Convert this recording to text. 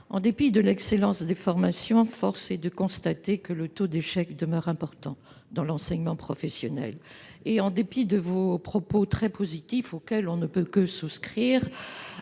en dépit de l'excellence des formations, force est de constater que le taux d'échec demeure important dans l'enseignement professionnel. Malgré vos propos très positifs, auxquels on ne peut que souscrire,